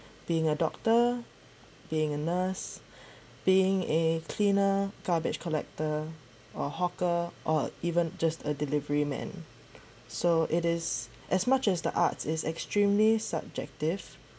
being a doctor being a nurse being a cleaner garbage collector or hawker or even just a delivery man so it is as much as the arts is extremely subjective